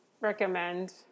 recommend